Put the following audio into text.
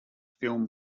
film